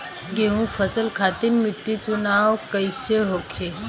गेंहू फसल खातिर मिट्टी चुनाव कईसे होखे?